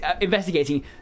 investigating